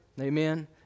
Amen